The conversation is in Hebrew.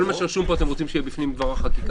כל מה שרשום פה עכשיו אתם רוצים שיהיה בפנים דבר החקיקה?